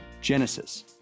Genesis